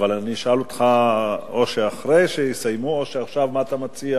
אבל אשאל אותך אחרי שיסיימו או עכשיו, מה אתה מציע